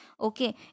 Okay